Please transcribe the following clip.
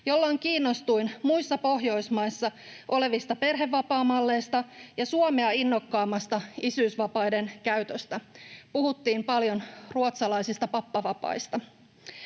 jolloin kiinnostuin muissa Pohjoismaissa olevista perhevapaamalleista ja Suomea innokkaammasta isyysvapaiden käytöstä. Puhuttiin paljon ”ruotsalaisista pappavapaista”.